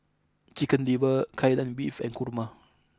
Chicken Liver Kai Lan Beef and Kurma